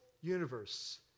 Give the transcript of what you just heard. universe